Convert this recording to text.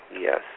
Yes